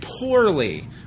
poorly